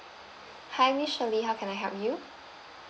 hi miss shirley how can I help you